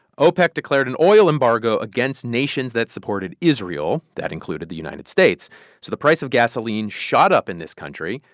opec declared an oil embargo against nations that supported israel that included the united states so the price of gasoline shot up in this country.